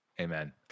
Amen